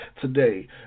today